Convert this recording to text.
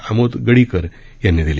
आमोद गडीकर यांनी दिली